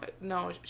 no